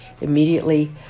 immediately